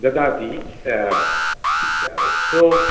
ददाति सो